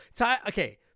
Okay